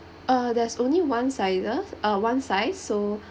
uh there's only one sizes uh one size so